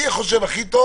אני חושב שהכי טוב